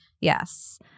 Yes